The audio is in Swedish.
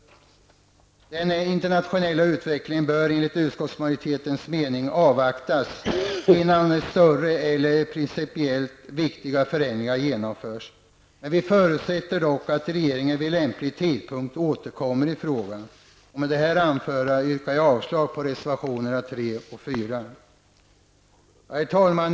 Den internationella utvecklingen bör enligt utskottsmajoritetens mening avvaktas innan större eller principiellt viktiga förändringar genomförs. Vi förutsätter dock att regeringen vid lämplig tidpunkt återkommer i frågan. Med det anförda yrkar jag avslag på reservationerna 3 och 4. Herr talman!